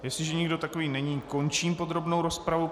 Jestliže někdo takový není, končím podrobnou rozpravu.